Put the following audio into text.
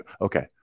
Okay